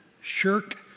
shirk